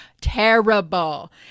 terrible